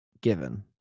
given